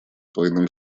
двойным